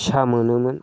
फिसा मोनोमोन